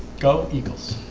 go eagles